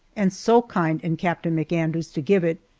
and so kind in captain mcandrews to give it,